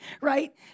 Right